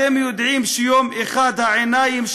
אתם יודעים שיום אחד העיניים,